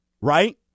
right